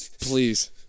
Please